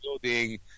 building